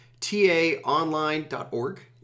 TAOnline.org